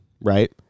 right